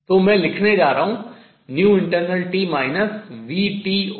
तो मैं लिखने जा रहा हूँ internalt vt clockt